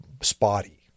spotty